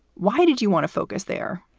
why did you want to focus there?